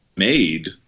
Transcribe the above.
made